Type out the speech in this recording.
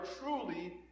truly